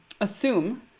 Assume